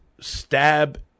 stab